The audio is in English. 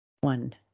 one